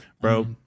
Bro